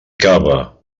cava